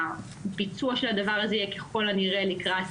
הביצוע של הדבר הזה יהיה ככל הנראה עד